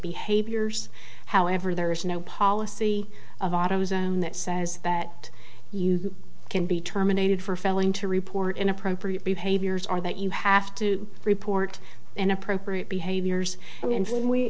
behaviors however there is no policy of autozone that says that you can be terminated for failing to report inappropriate behaviors are that you have to report inappropriate behaviors and